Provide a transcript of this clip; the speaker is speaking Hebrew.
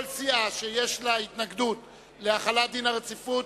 כל סיעה שיש לה התנגדות להחלת דין הרציפות,